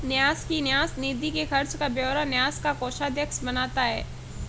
न्यास की न्यास निधि के खर्च का ब्यौरा न्यास का कोषाध्यक्ष बनाता है